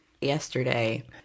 yesterday